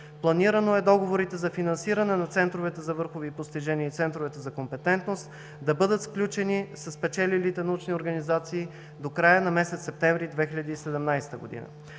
Планирано е договорите за финансиране на центровете за върхови постижения и центровете за компетентност да бъдат сключени със спечелилите научни организации до края на месец септември 2017 г.